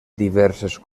diverses